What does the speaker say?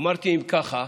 אמרתי: אם ככה,